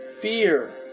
fear